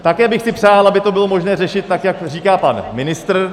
Také bych si přál, aby bylo možné to řešit tak, jak říká pan ministr.